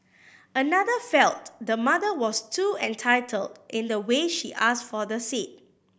another felt the mother was too entitled in the way she asked for the seat